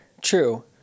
True